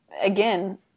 again